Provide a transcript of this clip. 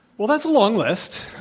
well, that's a long list,